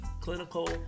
clinical